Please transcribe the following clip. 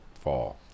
fall